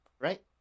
right